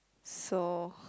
so